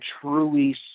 truly